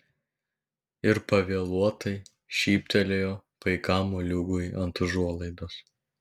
ir pavėluotai šyptelėjo paikam moliūgui ant užuolaidos